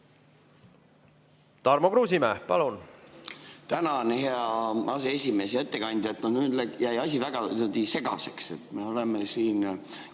Tarmo Kruusimäe, palun!